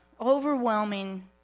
overwhelming